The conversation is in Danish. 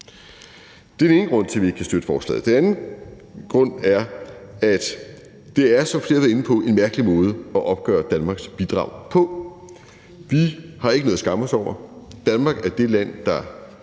Det er den ene grund til, at vi ikke kan støtte forslaget. Den anden grund er, at det er, som flere har været inde på, en mærkelig måde at opgøre Danmarks bidrag på. Vi har ikke noget at skamme os over. Danmark er det land, der